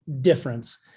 difference